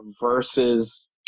versus